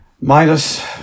Minus